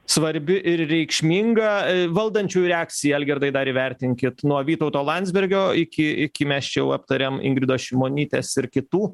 svarbi ir reikšminga valdančiųjų reakciją algirdai dar įvertinkit nuo vytauto landsbergio iki iki mes čia jau aptariam ingridos šimonytės ir kitų